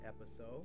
episode